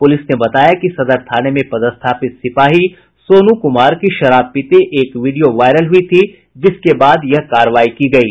police ने बताया कि सदर थाने में पदस्थापित सिपाही सोनू कुमार की शराब पीते हुये एक वीडियो वायरल हो गई थी जिसके बाद यह कार्रवाई की गयी